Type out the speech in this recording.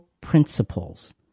principles